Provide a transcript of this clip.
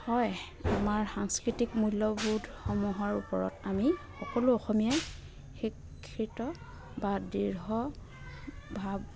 হয় আমাৰ সাংস্কৃতিক মূল্যবোধসমূহৰ ওপৰত আমি সকলো অসমীয়াই শিক্ষিত বা দৃঢ় ভাৱ